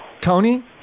Tony